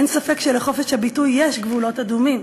אין ספק שלחופש הביטוי יש גבולות אדומים,